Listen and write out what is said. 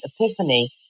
epiphany